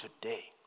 today